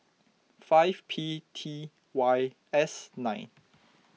five P T Y S nine